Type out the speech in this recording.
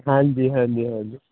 ਹਾਂਜੀ ਹਾਂਜੀ ਹਾਂਜੀ